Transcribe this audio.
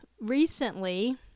recently